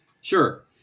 Sure